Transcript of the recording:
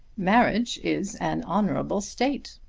marriage is an honourable state!